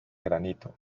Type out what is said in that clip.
granito